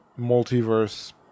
multiverse